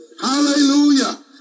hallelujah